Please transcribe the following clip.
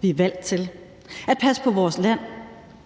vi er valgt til. At passe på vores land,